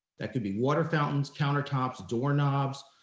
that could be water fountains, countertops, doorknobs,